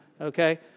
Okay